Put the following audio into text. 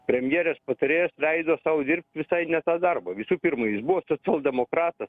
premjerės patarėjas leido sau dirbt visai ne tą darbą visų pirma jis buvo socialdemokratas